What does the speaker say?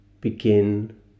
begin